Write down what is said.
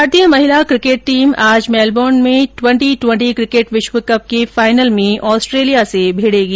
भारतीय महिला cricket team आज मेलबर्न में ट्वेंटी ट्वेटी क्रिकेट विश्व कप के फाइनल में ऑस्ट्रेलिया से भिडेगी